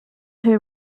who